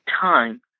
time